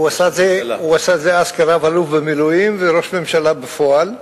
הוא עשה את זה אז כרב-אלוף במילואים וראש ממשלה בפועל.